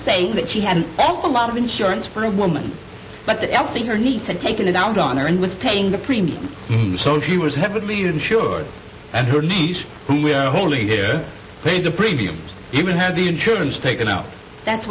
saying that she had an awful lot of insurance for a woman but the f ing her niece had taken it out on her and was paying the premium so she was heavily insured and her niece who we are holding here pay the premiums even have the insurance taken out that's